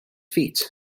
feet